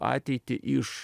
ateitį iš